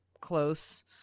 close